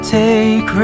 take